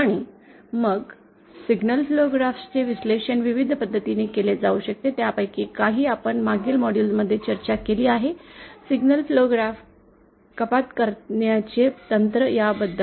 आणि मग single flow graph चे विश्लेषण विविध पद्धतीनी केले जाऊ शकते त्यापैकी काही आपण मागील मॉड्यूलमध्ये चर्चा केली आहे सिग्नल फ्लो ग्राफ कपात करण्याचे तंत्र याबद्दल